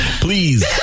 Please